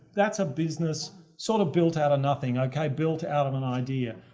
that's a business sort of built out of nothing, okay, built out of an idea.